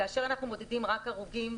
כאשר אנחנו מודדים רק הרוגים,